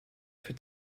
für